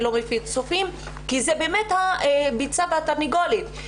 ולא מביא צופים זו באמת הביצה והתרנגולת.